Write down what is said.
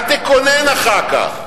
אל תקונן אחר כך.